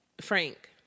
Frank